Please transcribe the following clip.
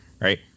right